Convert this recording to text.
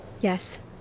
Yes